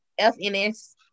FNS